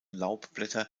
laubblätter